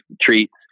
treats